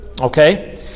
Okay